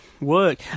work